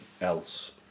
else